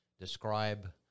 Describe